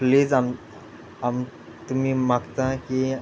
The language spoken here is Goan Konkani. प्लीज आम आम तुमी मागता की